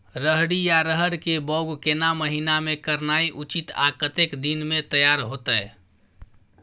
रहरि या रहर के बौग केना महीना में करनाई उचित आ कतेक दिन में तैयार होतय?